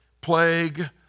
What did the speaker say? plague